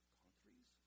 countries